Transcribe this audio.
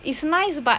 it's nice but